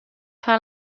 fan